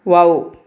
wow